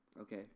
Okay